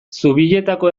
zubietako